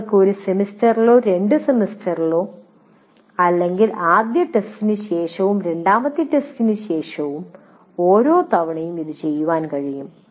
നിങ്ങൾക്ക് ഒരു സെമസ്റ്ററിലോ രണ്ടു സെമസ്റ്ററിലോ അല്ലെങ്കിൽ ആദ്യത്തെ ടെസ്റ്റിന് ശേഷവും രണ്ടാമത്തെ ടെസ്റ്റിനുശേഷവും ഒരോ തവണയും ഇത് ചെയ്യാൻ കഴിയും